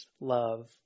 love